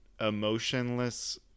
emotionless